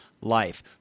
life